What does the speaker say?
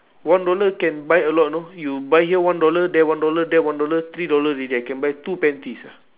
one dollar can buy a lot know you buy here one dollar there one dollar there one dollar three dollar already I can buy two panties